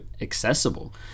accessible